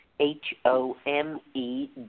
H-O-M-E